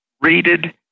rated